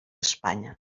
espanya